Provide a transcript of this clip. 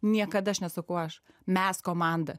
niekada aš nesakau aš mes komanda